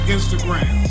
Instagram